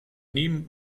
nehmen